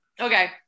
Okay